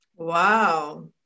Wow